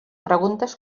preguntes